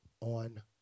on